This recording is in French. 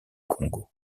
congo